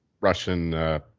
Russian